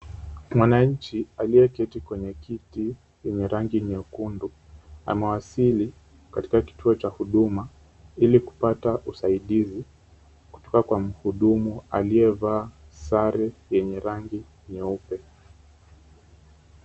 Mwananchi aliyeketi kwenye kiti chenye rangi nyekundu amewasili katika kituo cha huduma ili kupata usaidizi kutoka kwa mhudumu aliyevaa sare yenye rangi nyeupe.